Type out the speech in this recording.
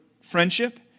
friendship